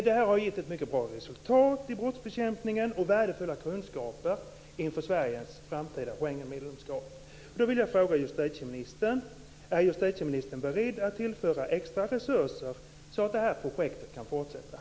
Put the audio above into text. Det här har gett ett mycket bra resultat i brottsbekämpningen och värdefulla kunskaper inför Sveriges framtida Schengenmedlemskap.